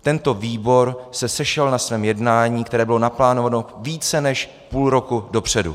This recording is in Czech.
Tento výbor se sešel na svém jednání, které bylo naplánováno více než půl roku dopředu.